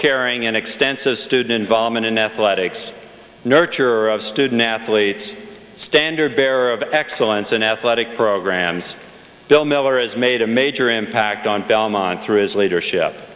caring and extensive student involvement in athletics nurturer of student athletes standard bearer of excellence an athletic programs bill miller as made a major impact on belmont through his leadership